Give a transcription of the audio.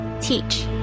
Teach